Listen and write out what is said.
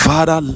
Father